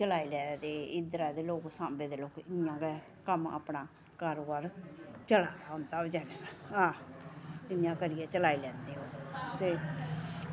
ते इद्धर आए दे लोग सांबा इ'यां गै कम्म अपना कारोबार आं इ'यां करियै चलाई लैंदे ते